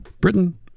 britain